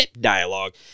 dialogue